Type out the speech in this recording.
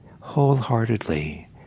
wholeheartedly